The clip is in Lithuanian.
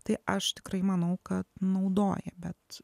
tai aš tikrai manau kad naudoja bet